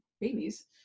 babies